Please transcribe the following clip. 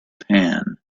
pan